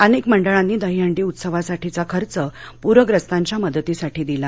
अनेक मंडळांनी दहीहंडी उत्सवासाठीचा खर्च पूखस्तांच्या मदतीसाठी दिला